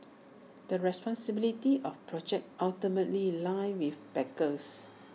the responsibility of projects ultimately lie with backers